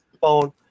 Phone